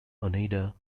oneida